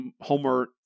Homer